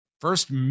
First